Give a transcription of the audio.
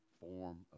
form